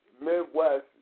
Midwest